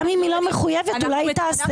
גם אם היא לא מחויבת אולי היא תעשה,